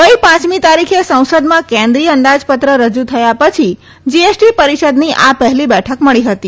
ગઈ પાંચમી તારીખે સંસદમાં કેન્દ્રીય અંદાજપત્ર રજુ થયા પછી જીએસટી પરિષદની આ પહેલી બેઠક મળી હતી